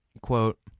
quote